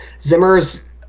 Zimmer's